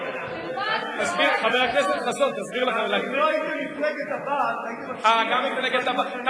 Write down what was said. אתם לא הייתם מפלגת הבעת', הייתם מקשיבים, תמשיך.